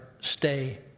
stay